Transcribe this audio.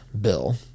bill